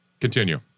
Continue